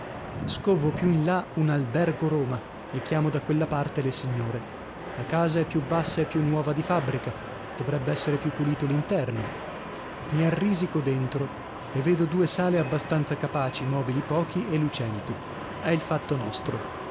scovo più in là un albergo roma e chiamo da quella parte le signore la casa è più bassa e più nuova di fabbrica dovrebb'essere più pulito l'interno mi arrisico dentro e vedo due sale abbastanza capaci mobili pochi e lucenti è il fatto nostro